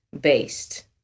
based